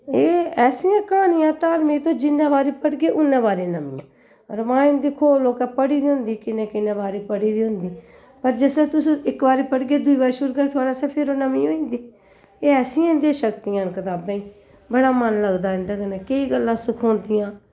एह् ऐसियां कहानियां धार्मिक तुस जिन्नें बारी पढ़गे उन्नी बारी नमियां रमायण दिक्खो लोकें पढ़ी दी होंदी किन्ने किन्ने बारी पढ़ी दी होंदी पर जिसलै तुस इक बारी पढ़गे दुई बारी शुड़गन थोआड़े आस्तै फिर ओह् नमीं होई जंदी एह् ऐसियां इंदी शक्तियां न कताबें गी बड़ा मन लगदा इंदे कन्नै केईं गल्लां सखोंदियां